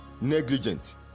negligent